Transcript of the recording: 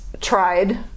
tried